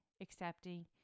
accepting